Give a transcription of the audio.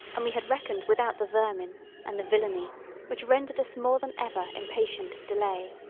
and we had reckoned without the vermin and the villainy which rendered us more than ever impatient of delay.